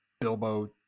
Bilbo